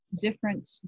different